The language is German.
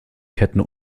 ketten